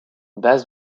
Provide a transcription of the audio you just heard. base